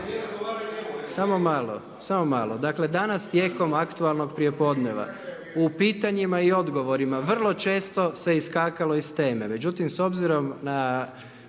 Samo malo, dakle danas tijekom aktualnog prijepodneva u pitanjima i odgovorima vrlo često se iskakalo iz teme,